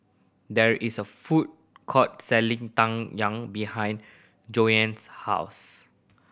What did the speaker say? there is a food court selling Tang Yuen behind Jovanny's house